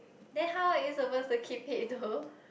then how are you supposed to keep it though